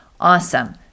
Awesome